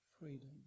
freedom